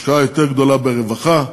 השקעה גדולה יותר ברווחה,